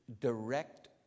direct